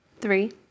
Three